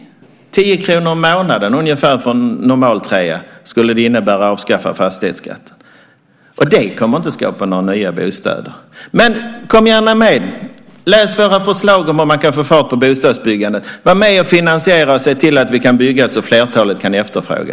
Ungefär 10 kr i månaden för en normaltrea skulle det innebära att avskaffa fastighetsskatten. Det kommer inte att skapa några nya bostäder. Men kom gärna med! Läs våra förslag till hur man kan få fart på bostadsbyggandet! Var med och finansiera och se till att vi kan bygga så att flertalet kan efterfråga!